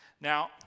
Now